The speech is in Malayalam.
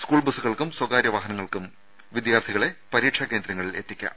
സ്കൂൾ ബസുകൾക്കും സ്വകാര്യ വാഹനങ്ങൾക്കും വിദ്യാർഥികളെ പരീക്ഷാ കേന്ദ്രങ്ങളിൽ എത്തിക്കാം